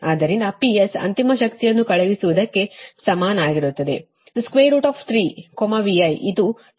ಆದ್ದರಿಂದ PS ಅಂತಿಮ ಶಕ್ತಿಯನ್ನು ಕಳುಹಿಸುವುದಕ್ಕೆ ಸಮನಾಗಿರುತ್ತದೆ 3 VI ಇದು 257